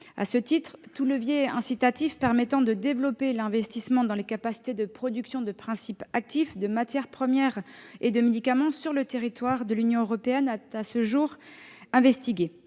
À ce titre, tout levier incitatif permettant de développer l'investissement dans les capacités de production de principes actifs, de matières premières et de médicaments sur le territoire de l'Union européenne est examiné.